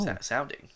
Sounding